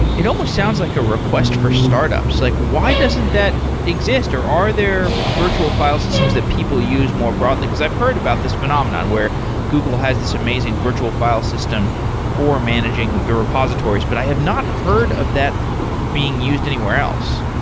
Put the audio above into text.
it almost sounds like a request for startups. like why doesn't that exist, or are there virtual file systems that people use more broadly? because i've heard about this phenomenon where google has this amazing virtual file system for managing their repositories, but i have not heard of that being used anywhere else.